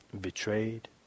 Betrayed